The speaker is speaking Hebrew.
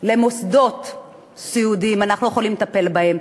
למוסדות סיעודיים, אנחנו לא יכולים לטפל בהם.